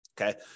Okay